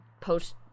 post